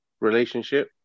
relationship